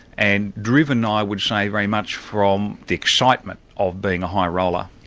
and driven i would say very much from the excitement of being a high roller.